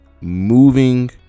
moving